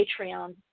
Patreon